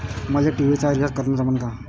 मले टी.व्ही चा रिचार्ज करन जमन का?